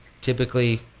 typically